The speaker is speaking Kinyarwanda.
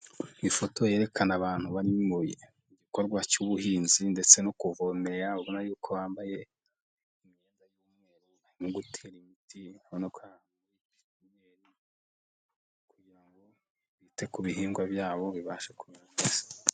Ifoto yerekana abantu bari mu gikorwa cy'ubuhinzi ndetse no kuvomera, ubona ko bambaye bote kugirango bite ku bihingwa byabo bibashe kumera neza.